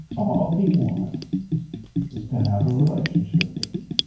all he wants is to have a relationship with you.